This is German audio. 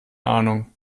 ahnung